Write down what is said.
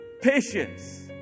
patience